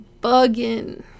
bugging